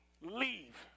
leave